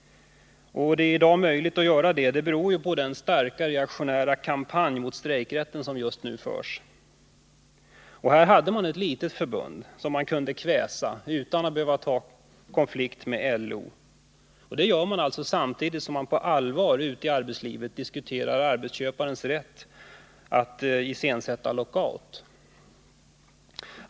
Att det i dag är möjligt att göra det beror på den starka reaktionära kampanj mot strejkrätten som just nu bedrivs. Här hade man ett litet förbund som man kunde kväsa utan att behöva ta konflikt med LO. Det gör man alltså samtidigt som man på allvar ute i arbetslivet diskuterar arbetsköparens rätt att iscensätta lockout.